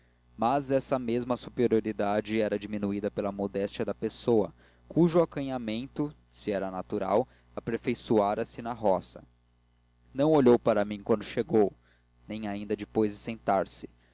mas essa mesma superioridade era diminuída pela modéstia da pessoa cujo acanhamento se era natural aperfeiçoara se na roga não olhou para mim quando chegou nem ainda depois de sentar-se